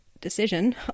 decision